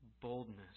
boldness